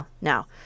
now